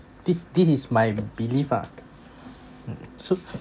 this this is my belief ah mm so